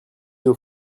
aux